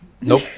Nope